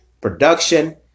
Production